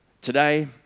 today